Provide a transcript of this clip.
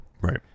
right